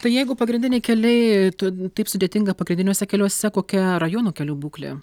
tai jeigu pagrindiniai keliai tu taip sudėtinga pagrindiniuose keliuose kokia rajono kelių būklė